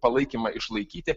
palaikymą išlaikyti